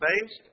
Based